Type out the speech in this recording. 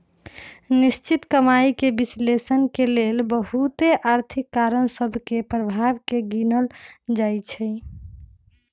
निश्चित कमाइके विश्लेषण के लेल बहुते आर्थिक कारण सभ के प्रभाव के गिनल जाइ छइ